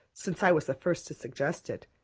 since i was the first to suggest it,